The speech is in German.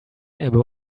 ebbe